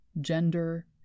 gender